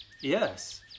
Yes